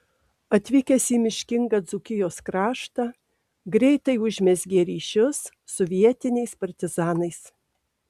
atvykęs į miškingą dzūkijos kraštą greitai užmezgė ryšius su vietiniais partizanais